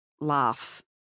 laugh